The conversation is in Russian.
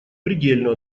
предельную